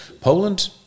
Poland